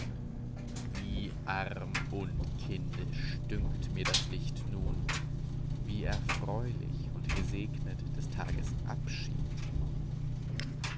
wie arm und kindisch dünkt mir das licht nun wie erfreulich und gesegnet des tages abschied